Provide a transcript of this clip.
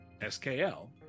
S-K-L